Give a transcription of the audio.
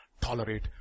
tolerate